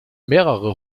mehrere